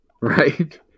right